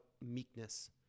meekness